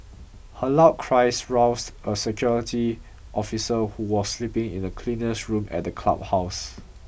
her loud cries roused a security officer who was sleeping in the cleaner's room at the clubhouse